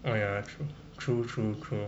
oh ya true true true true